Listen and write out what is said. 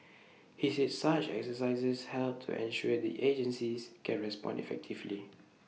he said such exercises help to ensure the agencies can respond effectively